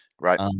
Right